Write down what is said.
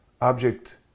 object